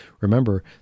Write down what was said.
Remember